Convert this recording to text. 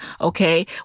okay